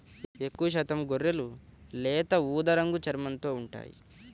ఎక్కువశాతం గొర్రెలు లేత ఊదా రంగు చర్మంతో ఉంటాయి